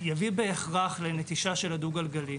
זה יביא בהכרח לנטישה של הדו גלגלי